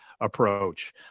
approach